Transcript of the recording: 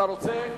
אתה רוצה לנמק.